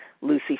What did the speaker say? Lucy